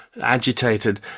agitated